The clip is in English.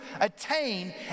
attain